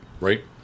right